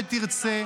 מה שתרצה,